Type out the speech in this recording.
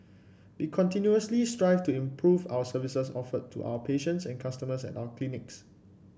we continuously strive to improve our services offered to our patients and customers at our clinics